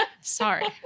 Sorry